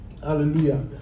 Hallelujah